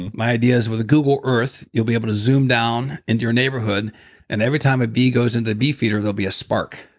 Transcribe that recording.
and my ideas with google earth, you'll be able to zoom down into your neighborhood and every time a bee goes into the bee feeder there'll be a spark.